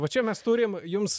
va čia mes turim jums